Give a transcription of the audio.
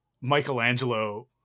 michelangelo